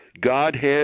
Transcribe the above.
Godhead